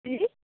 ਕੀ